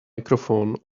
microphone